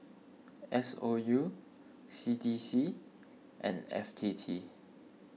S O U C D C and F T T